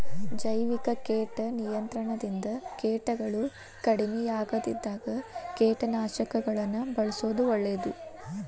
ಜೈವಿಕ ಕೇಟ ನಿಯಂತ್ರಣದಿಂದ ಕೇಟಗಳು ಕಡಿಮಿಯಾಗದಿದ್ದಾಗ ಕೇಟನಾಶಕಗಳನ್ನ ಬಳ್ಸೋದು ಒಳ್ಳೇದು